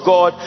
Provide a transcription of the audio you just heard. God